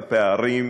שר הפנים,